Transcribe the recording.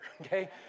okay